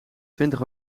twintig